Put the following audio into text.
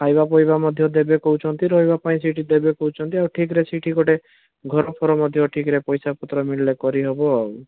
ଖାଇବା ପଇବା ମଧ୍ୟ ଦେବେ କହୁଛନ୍ତି ରହିବା ପାଇଁ ସେଇଠି ଦେବେ କହୁଛନ୍ତି ଆଉ ଠିକ୍ ରେ ସେଇଠି ଗୋଟେ ଘରଫର ମଧ୍ୟ ଠିକ୍ ରେ ପଇସାପତ୍ର ମିଳିଲେ କରିହେବ ଆଉ